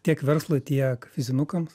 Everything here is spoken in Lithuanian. tiek verslui tiek fizinukam